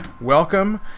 Welcome